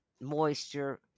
moisture